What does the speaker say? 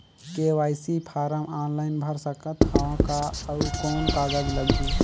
KYC form online भर सकत हवं का? अउ कौन कागज लगही?